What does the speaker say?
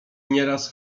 nieraz